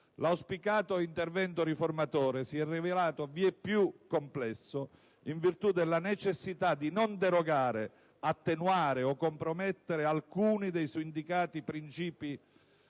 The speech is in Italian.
L'auspicato intervento riformatore si è rivelato vieppiù complesso in virtù della necessità di non derogare, attenuare o compromettere alcuni dei suindicati principi